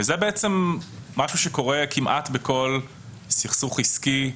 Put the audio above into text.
זה משהו שקורה כמעט בכל סכסוך עסקי,